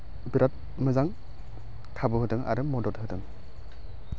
बिराद मोजां खाबु होदों आरो मदद होदों